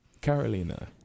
Carolina